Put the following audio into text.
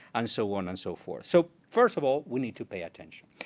and so on and so forth. so first of all, we need to pay attention.